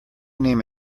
name